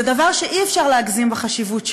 זה דבר שאי-אפשר להגזים בחשיבות שלו,